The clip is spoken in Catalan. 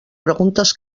preguntes